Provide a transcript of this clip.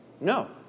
No